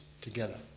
together